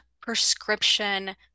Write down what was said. prescription